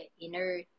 inner